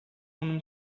num